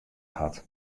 hat